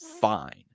fine